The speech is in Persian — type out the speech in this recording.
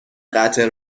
قطع